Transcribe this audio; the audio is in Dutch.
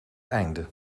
einde